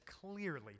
clearly